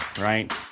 right